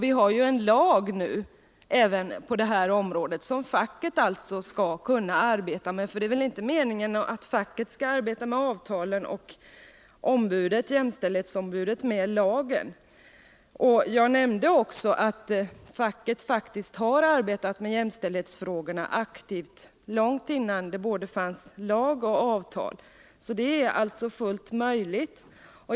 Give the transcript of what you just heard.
Vi har ju nu en lag även på detta område som facket skall kunna arbeta med. För det är väl inte meningen att facket skall arbeta med avtalen och jämställdhetsombudsmannen med lagen? Jag nämnde också att facket faktiskt också har arbetat aktivt med jämställdhetsfrågorna långt innan det fanns både lag och avtal. Det är alltså fullt möjligt.